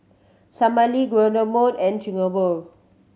Salami and Chigenabe